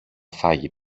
φάγει